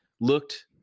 looked